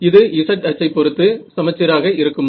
இது z அச்சைப் பொருத்து சமச்சீராக இருக்குமா